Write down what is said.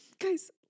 Guys